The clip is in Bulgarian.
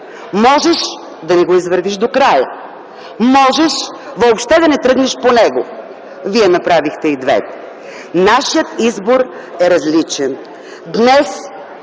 можеш да не го извървиш до края, можеш въобще да не тръгнеш по него. Вие направихте и двете. Нашият избор е различен.